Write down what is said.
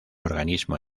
organismo